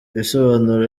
abisobanura